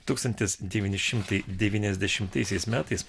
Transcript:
tūkstantis devyni šimtai devyn iasdešimtaisiais metais